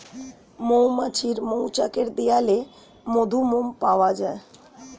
মৌমাছির মৌচাকের দেয়ালে মধু, মোম পাওয়া যায়